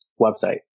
website